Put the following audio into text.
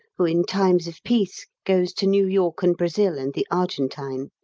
who in times of peace goes to new york and brazil and the argentine.